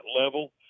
level